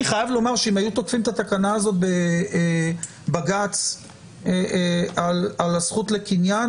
אני חייב לומר שאם היו תוקפים את התקנה הזאת בבג"צ על הזכות לקניין,